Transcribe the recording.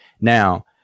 Now